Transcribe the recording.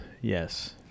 yes